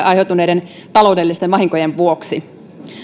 aiheutuneiden taloudellisten vahinkojen vuoksi